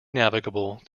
navigable